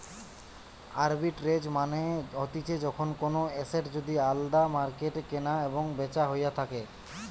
arbitrage মানে হতিছে যখন কোনো এসেট যদি আলদা মার্কেটে কেনা এবং বেচা হইয়া থাকে